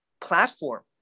platform